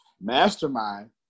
mastermind